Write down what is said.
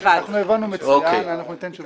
אנחנו הבנו מצוין, אנחנו ניתן תשובה עוד כמה דקות.